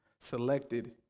selected